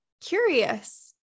curious